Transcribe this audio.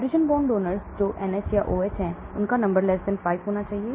hydrogen bond donors जो NH या OH है 5 होना चाहिए